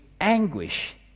anguish